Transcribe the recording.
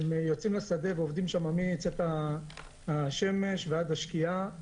הם יוצאים לשדה ועובדים שם מצאת השמש ועד השקיעה.